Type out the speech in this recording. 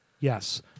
Yes